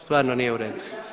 Stvarno nije u redu.